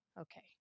Okay